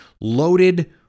loaded